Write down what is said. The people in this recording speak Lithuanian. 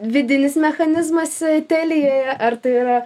vidinis mechanizmas telijoje ar tai yra